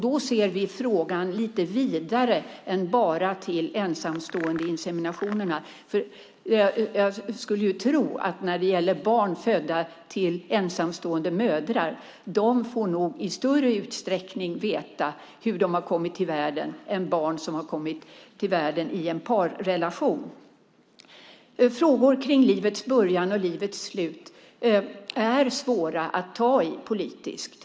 Vi ser frågan lite vidare än att bara gälla ensamståendeinseminationerna. Jag skulle tro att barn födda av ensamstående mödrar i större utsträckning får veta hur de har kommit till världen än barn som har kommit till i en parrelation. Frågor kring livets början och slut är svåra att ta i politiskt.